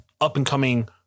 up-and-coming